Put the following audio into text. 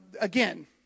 again